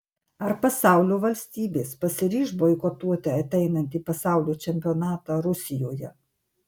ar pasaulio valstybės pasiryš boikotuoti ateinantį pasaulio čempionatą rusijoje